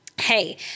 hey